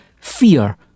fear